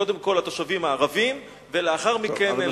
קודם כול התושבים הערבים ולאחר מכן אלה היהודים.